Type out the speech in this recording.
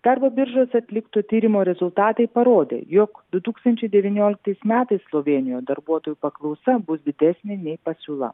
darbo biržos atliktų tyrimų rezultatai parodė jog du tūkstančiai devynioliktais metais slovėnijoje darbuotojų paklausa bus didesnė nei pasiūla